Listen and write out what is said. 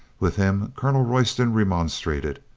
with him colonel royston remonstrated.